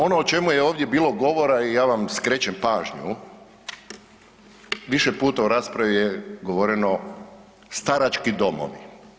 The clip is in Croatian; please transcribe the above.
Ono o čemu je ovdje bilo govora, ja vam skrećem pažnju, više puta u raspravi je govoreno „starački domovi“